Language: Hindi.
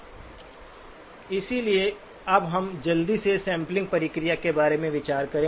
देखें स्लाइड समय 1551 इसलिए अब हम जल्दी से सैंपलिंग प्रक्रिया के बारे में विचार करेंगे